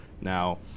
now